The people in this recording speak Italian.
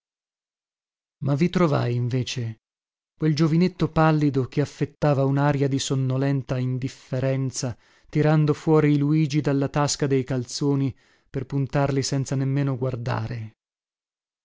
ma vi trovai invece quel giovinetto pallido che affettava unaria di sonnolenta indifferenza tirando fuori i luigi dalla tasca dei calzoni per puntarli senza nemmeno guardare